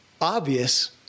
obvious